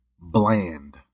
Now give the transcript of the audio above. bland